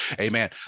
Amen